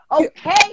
Okay